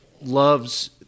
loves